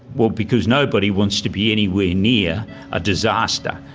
well, because nobody wants to be anywhere near a disaster,